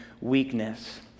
weakness